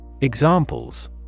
Examples